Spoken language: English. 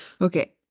Okay